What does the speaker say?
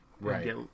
Right